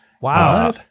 Wow